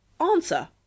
Answer